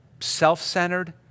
self-centered